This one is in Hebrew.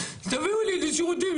תביאו לי לשירותים,